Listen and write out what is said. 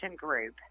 group